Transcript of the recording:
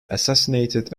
assassinated